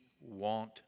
want